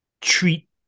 treat